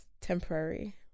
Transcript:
temporary